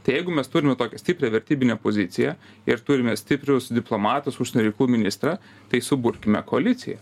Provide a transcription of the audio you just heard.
tai jeigu mes turime tokią stiprią vertybinę poziciją ir turime stiprius diplomatus užsienio reikalų ministrą tai suburkime koaliciją